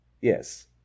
Yes